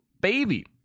baby